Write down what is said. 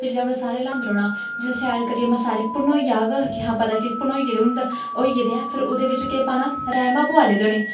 फिर उ'नेंगी सारें गी ल्हांदै रौह्ना जिसलै शैल करियै मसाले भनोई जाह्ग हां पता कि हां भनोई गेदे होई गेदे ऐ फिर उ'दे बिच्च केह् पाना राजमाह् बोआले दे होने